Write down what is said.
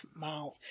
mouth